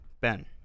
Ben